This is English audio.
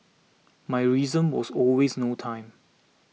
my reason was always no time